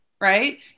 right